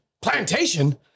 Plantation